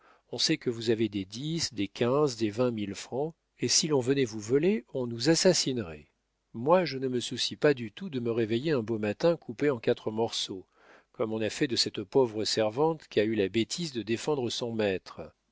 on sait que vous avez des dix des quinze des vingt mille francs et si l'on venait vous voler on nous assassinerait moi je ne me soucie pas du tout de me réveiller un beau matin coupée en quatre morceaux comme on a fait de cette pauvre servante qu'a eu la bêtise de défendre son maître